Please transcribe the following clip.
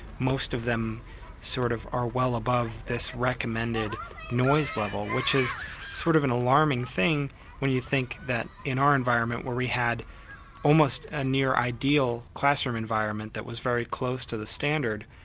most of them sort of are well above this recommended noise level, which is sort of an alarming thing when you think that in our environment where we had almost a near ideal classroom environment that was very close to the standard,